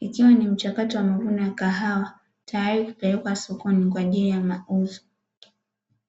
ikiwa ni mchakato wa mavuno ya kahawa tayari kwa kupelekwa sokoni kwa ajili ya mauzo.